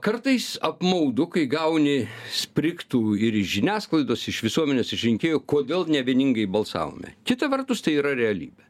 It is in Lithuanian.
kartais apmaudu kai gauni sprigtų ir iš žiniasklaidos iš visuomenės iš rinkėjų kodėl ne vieningai balsavome kita vertus tai yra realybė